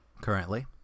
Currently